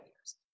years